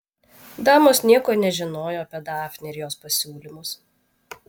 damos nieko nežinojo apie dafnę ir jos pasiūlymus